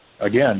Again